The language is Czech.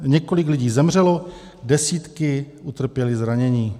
Několik lidí zemřelo, desítky utrpěly zranění.